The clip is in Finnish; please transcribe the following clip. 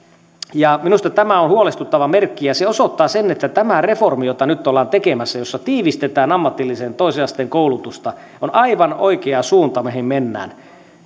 minusta tämä on huolestuttava merkki ja se osoittaa että tämä reformi jota nyt ollaan tekemässä jossa tiivistetään ammatillista toisen asteen koulutusta on aivan oikea suunta mihin mennään